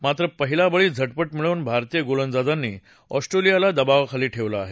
मात्र पहिला बळी झटपट मिळवून भारतीय गोलंदाजांनी ऑस्ट्रेलियाला दबावाखाली ठेवलं आहे